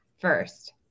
First